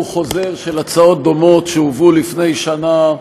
חוזר של הצעות דומות שהובאו לפני שנה,